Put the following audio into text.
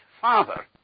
Father